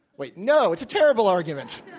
wait. no, it's a terrible argument.